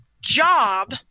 job